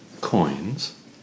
Coins